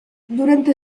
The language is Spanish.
durante